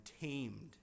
tamed